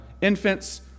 infants